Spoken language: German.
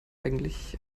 eigentlich